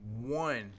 One